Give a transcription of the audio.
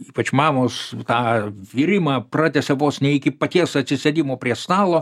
ypač mamos tą virimą pratęsia vos ne iki paties atsisėdimo prie stalo